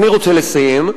אני רוצה לסיים.